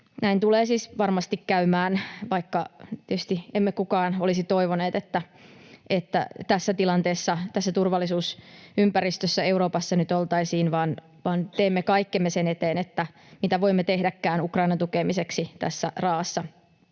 Näin tulee siis varmasti käymään, vaikka tietysti emme kukaan olisi toivoneet, että tässä tilanteessa, tässä turvallisuusympäristössä Euroopassa nyt oltaisiin, vaan teemme kaikkemme sen eteen, mitä voimme tehdäkään Ukrainan tukemiseksi tässä raa’assa